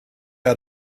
out